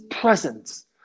presence